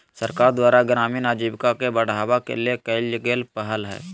सरकार द्वारा ग्रामीण आजीविका के बढ़ावा ले कइल गेल पहल हइ